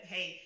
Hey